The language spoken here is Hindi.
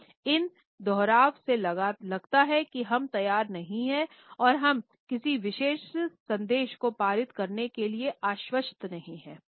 इन दोहराव से लगता है कि हम तैयार नहीं हैं और हम किसी विशेष संदेश को पारित करने के लिए आश्वस्त नहीं हैं